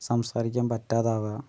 സംസാരിക്കാൻ പറ്റാതാവുക